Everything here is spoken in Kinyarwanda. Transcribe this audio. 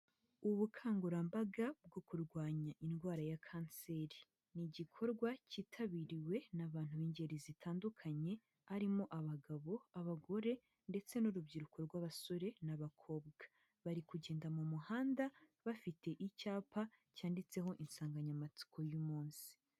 Ubukangurambaga bwo kurwanya indwara ya kanseri, ni igikorwa cyitabiriwe n'abantu b'ingeri zitandukanye, harimo abagabo, abagore ndetse n'urubyiruko rw'abasore n'abakobwa, bari kugenda mu muhanda bafite icyapa cyanditseho insanganyamatsiko y'umunsi.